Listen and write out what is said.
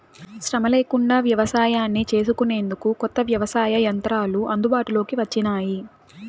శ్రమ లేకుండా వ్యవసాయాన్ని చేసుకొనేందుకు కొత్త వ్యవసాయ యంత్రాలు అందుబాటులోకి వచ్చినాయి